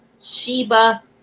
Sheba